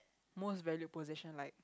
most valued possession like